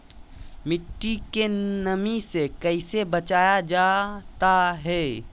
मट्टी के नमी से कैसे बचाया जाता हैं?